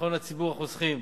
ביטחון ציבור החוסכים.